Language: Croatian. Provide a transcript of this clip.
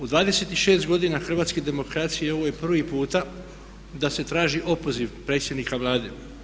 U 26. godina Hrvatske demokracije ovo je prvi puta da se traži opoziv predsjednika Vlade.